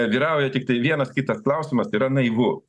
vyrauja tiktai vienas kitas klausimas yra naivu